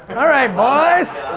alright, boys.